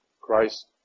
Christ